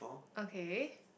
okay